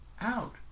out